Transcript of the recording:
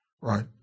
right